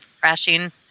crashing